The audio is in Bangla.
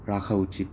রাখা উচিত